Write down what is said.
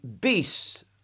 beasts